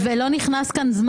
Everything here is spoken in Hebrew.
ולא נכנס כאן מה